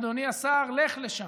אדוני השר, לך לשם,